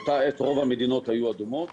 באותה עת רוב המדינות היו אדומות